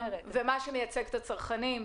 במה שמייצג את הצרכנים.